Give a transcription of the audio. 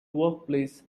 workplace